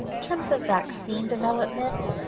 in terms of vaccine development,